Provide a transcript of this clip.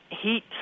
heat